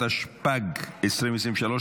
התשפ"ג 2023,